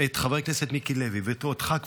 את חבר הכנסת מיקי לוי ואותך,